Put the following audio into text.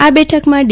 આ બેઠકમાં ડી